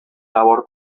labor